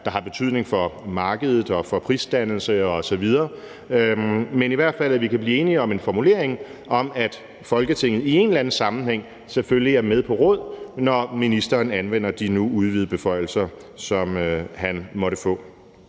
der har betydning for markedet og for prisdannelse osv. Men i hvert fald håber jeg, at vi kan blive enige om en formulering om, at Folketinget i en eller anden sammenhæng selvfølgelig er med på råd, når ministeren anvender de nu udvidede beføjelser, som han måtte få.